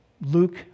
Luke